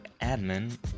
admin